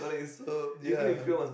so ya